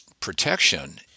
protection